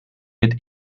mit